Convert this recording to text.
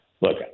look